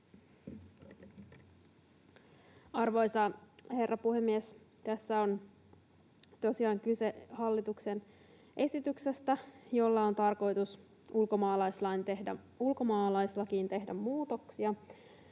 Arvoisa herra puhemies! Tässä on tosiaan kyse hallituksen esityksestä, jolla on tarkoitus ulkomaalaislakiin tehdä muutoksia